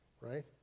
right